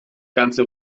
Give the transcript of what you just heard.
ganze